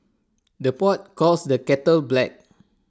the pot calls the kettle black